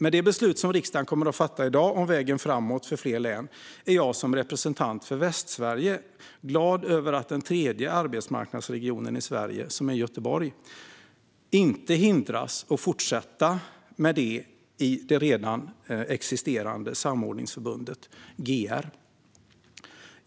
Med det beslut som riksdagen kommer att fatta i dag om vägen framåt för fler län är jag som representant för Västsverige glad över att den tredje arbetsmarknadsregionen i Sverige, Göteborg, inte hindras att fortsätta i det redan existerande samordningsförbundet GR.